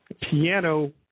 piano